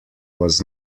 was